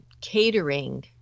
catering